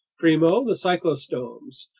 primo, the cyclostomes,